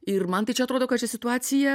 ir man tai čia atrodo kad čia situacija